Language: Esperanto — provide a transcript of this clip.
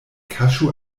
kaŝu